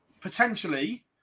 potentially